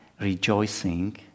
rejoicing